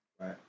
Right